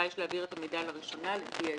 יש להעביר את המידע לראשונה לפי ההסכם.